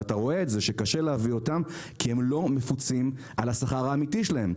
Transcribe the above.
ואתה רואה שקשה להביא אותם כי הם לא מפוצים על השכר האמיתי שלהם.